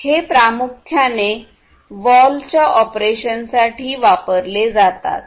हे प्रामुख्याने वाल्व्हच्या ऑपरेशनसाठी वापरले जातात